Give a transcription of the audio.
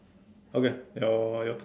okay your your turn